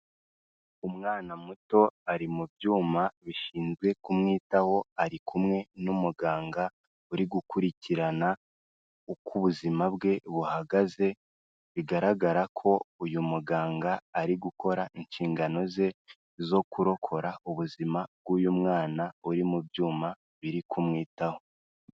Umwana muto ari mu byuma bishinzwe kumwitaho, ari kumwe n'umuganga uri gukurikirana uko ubuzima bwe buhagaze, bigaragara ko uyu muganga ari gukora inshingano ze zo kurokora ubuzima bw'uyu mwana, uri mu byuma biri kumwitaho.